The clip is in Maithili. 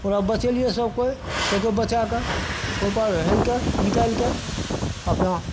ओकरा बचेलिए सभकोइ सभकोइ बचैके ओहि पार हेलिके निकालिके अपना